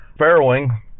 Farrowing